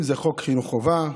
אם זה חוק חינוך חובה,